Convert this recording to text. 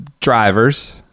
drivers